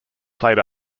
played